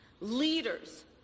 leaders